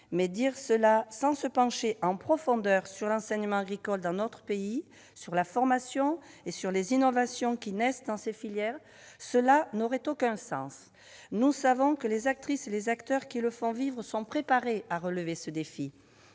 mais dire cela sans se pencher en profondeur sur l'enseignement agricole dans notre pays, sur la formation et sur les innovations qui naissent dans ces filières n'aurait aucun sens. Nous savons que les actrices et les acteurs qui le font vivre sont préparés à relever ce défi.